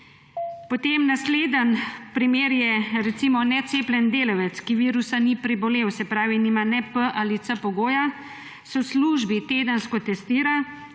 Potem naslednji primer je recimo necepljeni delavec, ki virusa ni prebolel, se pravi, nima ne P ali C pogoja, se v službi tedensko testira,